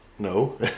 no